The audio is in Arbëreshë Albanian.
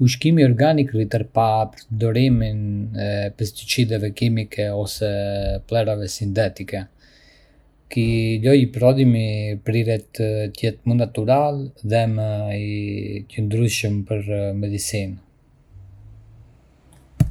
Ushqimi organik rritet pa përdorimin e pesticideve kimike ose plehrave sintetike. Ky lloj prodhimi priret të jetë më natyral dhe më i qëndrueshëm për mjedisin.